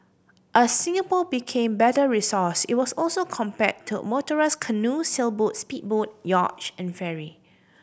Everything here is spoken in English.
as Singapore became better resourced it was also compared to a motorised canoe sailboats speedboat yacht and ferry